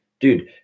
Dude